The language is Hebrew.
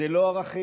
אלה לא ערכים,